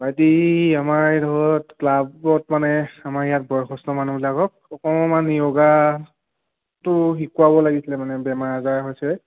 ভাইটী আমাৰ এইডোখৰত ক্লাবত মানে আমাৰ ইয়াত বয়সস্থ মানুহবিলাকক অকণমান য়োগাটো শিকোৱাব লাগিছিলে মানে বেমাৰ আজাৰ হৈছে